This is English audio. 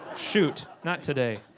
shoot, not today.